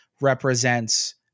represents